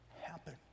happen